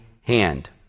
hand